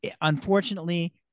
unfortunately